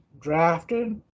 drafted